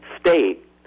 state